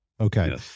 Okay